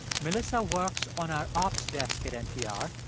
melissa works on our ops desk at npr.